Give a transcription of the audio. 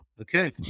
okay